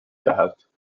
دهد